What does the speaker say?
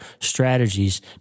strategies